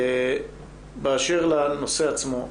באשר לנושא עצמו,